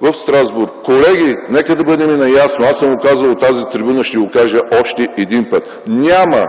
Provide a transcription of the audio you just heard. в Страсбург. Колеги, нека да бъдем наясно! Аз съм го казвал от тази трибуна и ще го кажа още един път – няма